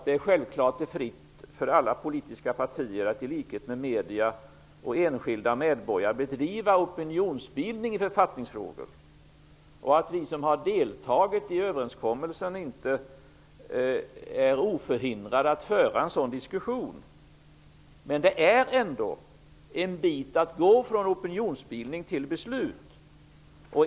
Det är självklart fritt för alla politiska partier att i likhet med medierna och enskilda medborgare bedriva opinionsbildning i författningsfrågor. Vi som har deltagit i överenskommelsen är inte oförhindrade att föra en sådan diskussion. Men det är ändå en bit att gå från opinionsbildning till beslut.